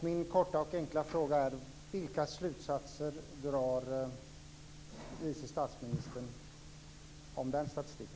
Min korta och enkla fråga är: Vilka slutsatser drar vice statsministern av den statistiken?